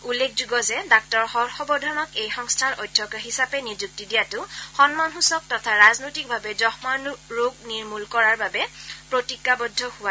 উল্লেখযোগ্য যে ডাঃ হৰ্ষবৰ্ধনক এই সংস্থাৰ অধ্যক্ষ হিচাপে নিযুক্তি দিয়াটো সন্মানসূচক তথা ৰাজনৈতিকভাৱে যক্ষ্মা ৰোগ নিৰ্মূল কৰাৰ বাবে প্ৰতিজ্ঞাবদ্ধ হোৱা